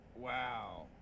wow